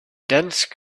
dense